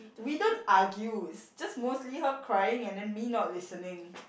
we don't argue is just mostly her crying and then me not listening